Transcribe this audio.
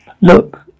Look